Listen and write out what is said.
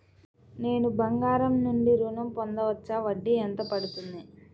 నేను బంగారం నుండి ఋణం పొందవచ్చా? వడ్డీ ఎంత పడుతుంది?